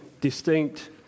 distinct